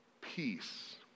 peace